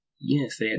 Yes